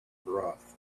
broth